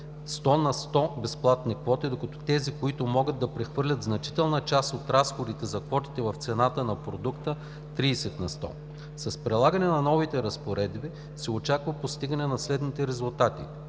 100 на сто безплатни квоти, докато тези, които могат да прехвърлят значителна част от разходите за квотите в цената на продукта – 30 на сто. С прилагането на новите разпоредби се очаква постигане на следните резултати: